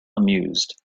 amused